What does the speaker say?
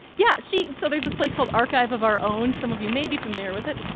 yeah. she so there's this place called archive of our own. some of you may be familiar with it. oh,